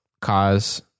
cause